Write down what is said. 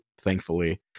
thankfully